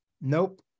Nope